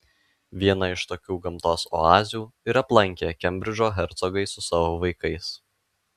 vieną iš tokių gamtos oazių ir aplankė kembridžo hercogai su savo vaikais